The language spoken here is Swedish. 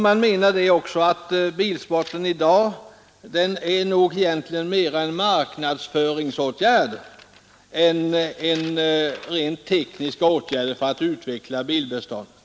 Man menar också att bilsporten i dag nog mera tjänar som ett led i marknadsföringen än som underlag för rent tekniska åtgärder för utveckling av bilarna.